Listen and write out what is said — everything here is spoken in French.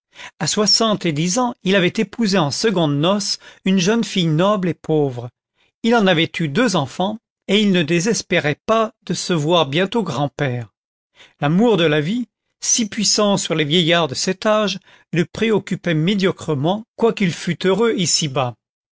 et dix ans il avait épousé en secondes noces une jeune fille noble et pauvre il en avait eu deux enfants et il ne désespérait pas de se voir bientôt grand-père l'amour de la vie si puissant sur les vieillards de cet âge le préoccupait médiocrement quoiqu'il fût heureux ici bas